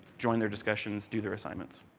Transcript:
join their discussions, do their assignments.